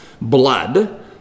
Blood